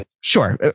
sure